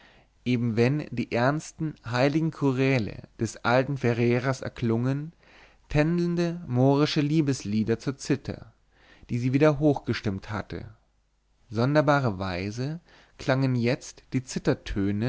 eben die ernsten heiligen choräle des alten ferreras erklungen tändelnde mohrische liebeslieder zur zither die sie wieder hochgestimmt hatte sonderbarerweise klangen jetzt die